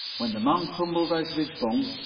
when the man tumbled out of his bunk,